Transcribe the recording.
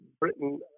britain